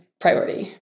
priority